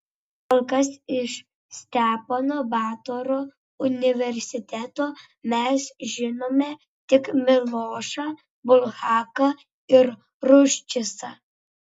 kol kas iš stepono batoro universiteto mes žinome tik milošą bulhaką ir ruščicą